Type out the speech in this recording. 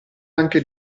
anche